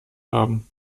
haben